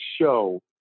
show